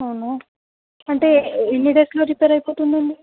అవును అంటే ఎన్ని డేస్లో రిపేర్ అయిపోతుంది అండి